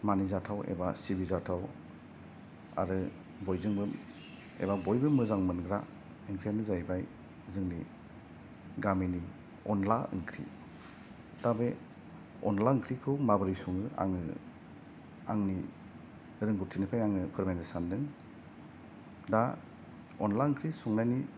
मानि जाथाव एबा सिबि जाथाव आरो बयजोंबो एबा बयबो मोजां मोनग्रा ओंख्रिआनो जायैबाय जोंनि गामिनि अनला ओंख्रि दा बे अनला ओंख्रिखौ माब्रै सङो आङो आंनि रोंगौथिनिफ्राय आङो फोरमायनो सानदों दा अनला ओंख्रि संनायनि